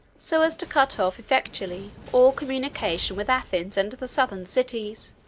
so as to cut off effectually all communication with athens and the southern cities.